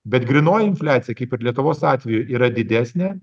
bet grynoji infliacija kaip ir lietuvos atveju yra didesnė